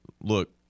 look